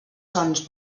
sons